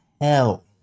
hell